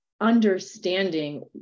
understanding